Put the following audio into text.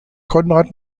konrad